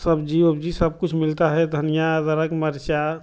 सब्ज़ी उब्जी सब कुछ मिलता है धनिया अदरक मिर्चा